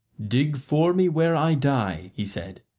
dig for me where i die, he said,